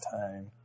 time